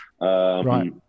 Right